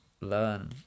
learn